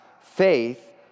faith